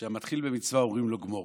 שהמתחיל במצווה אומרים לו גמור.